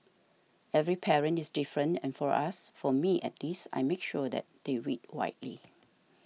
every parent is different and for us for me at least I make sure that they read widely